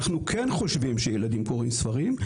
אנחנו כן חושבים שילדים קוראים ספרים.